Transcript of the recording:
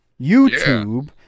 YouTube